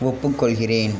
ஒப்புக்கொள்கிறேன்